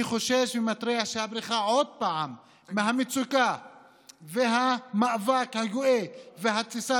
אני חושש ומתריע שהבריחה מהמצוקה ומהמאבק הגואה ומהתסיסה